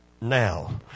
now